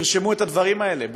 תרשמו את הדברים האלה,